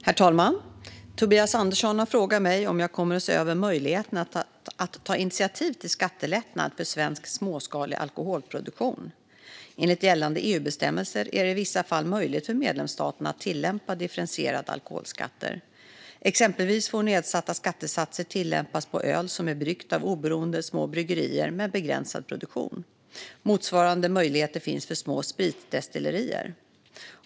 Herr talman! Tobias Andersson har frågat mig om jag kommer att se över möjligheten att ta initiativ till skattelättnad för svensk småskalig alkoholproduktion. Enligt gällande EU-bestämmelser är det i vissa fall möjligt för medlemsstaterna att tillämpa differentierade alkoholskatter. Exempelvis får nedsatta skattesatser tillämpas på öl som är bryggt av oberoende, små bryggerier med begränsad produktion. Motsvarande möjligheter finns för små spritdestillerier.